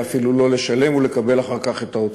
ואפילו לא לשלם ולקבל אחר כך את ההוצאות.